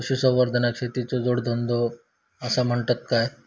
पशुसंवर्धनाक शेतीचो जोडधंदो आसा म्हणतत काय?